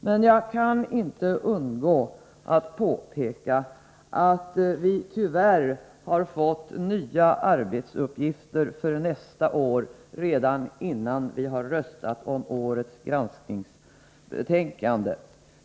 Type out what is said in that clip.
Men jag kan inte underlåta att påpeka att vi tyvärr har fått nya arbetsuppgifter för nästa år, redan innan vi har röstat om årets granskningsbetänkande.